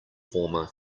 former